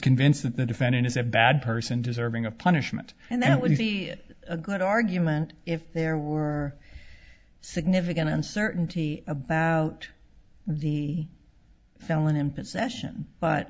convinced that the defendant is a bad person deserving of punishment and that would be a good argument if there were significant uncertainty about the felon in possession but